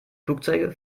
flugzeuge